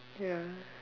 ya